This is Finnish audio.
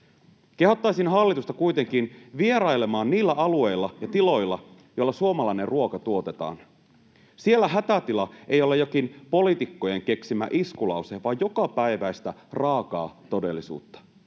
Kehottaisin hallitusta kuitenkin vierailemaan niillä alueilla ja tiloilla, joilla suomalainen ruoka tuotetaan. Siellä hätätila ei ole jokin poliitikkojen keksimä iskulause vaan jokapäiväistä, raakaa todellisuutta.